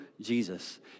Jesus